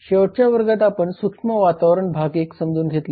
शेवटच्या वर्गात आपण सूक्ष्म वातावरण भाग I समजून घेतले